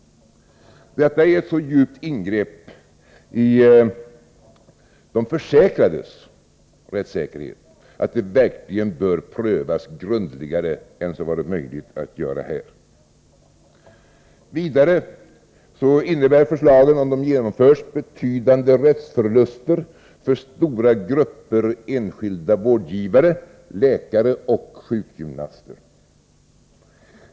Detta är ett så djupt ingrepp i de försäkrades rättssäkerhet, att det verkligen bör prövas grundligare än vad som varit möjligt att göra här. För det andra: Förslagen innebär, om de genomförs, betydande rättsförluster för stora grupper enskilda vårdgivare — läkare och sjukgymnaster.